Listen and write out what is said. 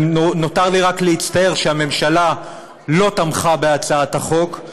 נותר לי רק להצטער על שהממשלה לא תמכה בהצעת החוק.